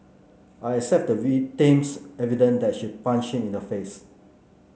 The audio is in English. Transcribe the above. I accept the victim's evidence that she punched him in the face